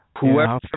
Whoever